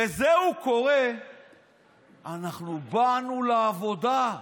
לזה הוא קורא "אנחנו באנו לעבודה"?